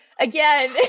again